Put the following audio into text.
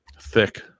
Thick